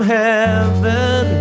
heaven